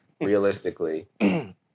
realistically